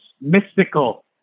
mystical